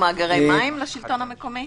יש לשלטון המקומי מאגרי מים?